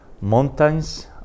mountains